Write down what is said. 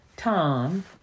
Tom